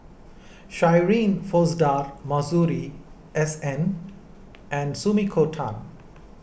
Shirin Fozdar Masuri S N and Sumiko Tan